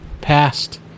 past